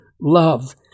love